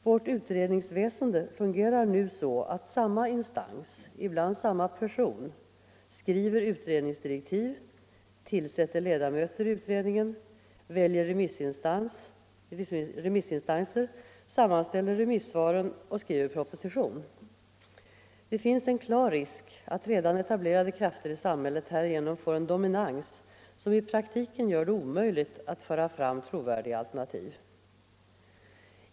Vårt utredningsväsende fungerar nu så att samma instans, ibland samma person, skriver utredningsdirektiv, tillsätter ledamöter i utredningen, väljer remissinstanser, sammanställer remissvaren och skriver proposition. Det finns en klar risk att redan etablerade krafter i samhället härigenom får en dominans som i praktiken gör det omöjligt att föra fram trovärdiga alternativ.